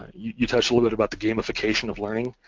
you you touched a little bit about the gamification of learning.